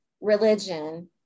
religion